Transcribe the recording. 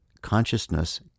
Consciousness